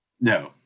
No